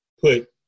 put